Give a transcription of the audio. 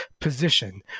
position